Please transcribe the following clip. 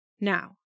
Now